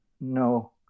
no